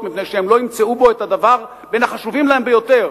מפני שהם לא ימצאו בה את הדבר בין החשובים להם ביותר,